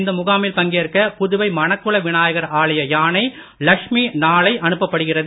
இந்த முகாமில் பங்கேற்க புதுவை மணக்குள விநாயகர் ஆலய யானை லக்ஷ்மி நாளை அனுப்பப்படுகிறது